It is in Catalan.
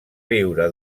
viure